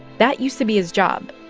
that used to be his job.